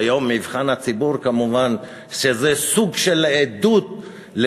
היום מבחן הציבור הוא כמובן סוג של עדות על